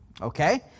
okay